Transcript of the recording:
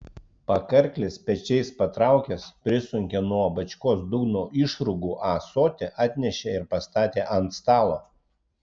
pakarklis pečiais patraukęs prisunkė nuo bačkos dugno išrūgų ąsotį atnešė ir pastatė ant stalo